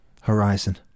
horizon